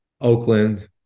Oakland